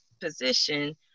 position